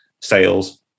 sales